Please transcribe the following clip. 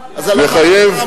מאוד רציני.